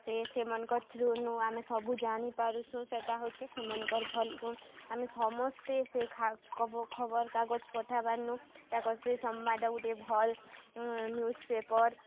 ସେ ସେମାନଙ୍କର୍ ଥ୍ରୋ'ନୁ ଆମେ ସବୁ ଜାଣିପାରୁଛୁଁ ସେଟା ହେଉଛେ ସେମାନଙ୍କର୍ ଭଲ୍ ଗୁଣ୍ ଆମେ ସମସ୍ତେ ସେ ଖବର୍ କାଗଜ୍ ପଠାବାର୍ ନୁ ତାକଁର୍ ସେ ସମ୍ବାଦ୍ ଗୁଟେ ଭଲ୍ ନ୍ୟୁଜ୍ ପେପର୍